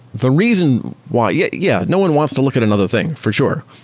the reason why, yeah, yeah no one wants to look at another thing for sure,